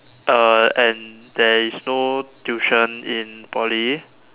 uh and there is no tuition in Poly